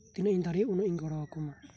ᱛᱤᱱᱟᱹᱜ ᱤᱧ ᱫᱟᱲᱮᱭᱟᱜ ᱩᱱᱟᱹᱜ ᱤᱧ ᱜᱚᱲᱚ ᱟᱠᱩᱣᱟ